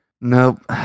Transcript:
nope